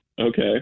Okay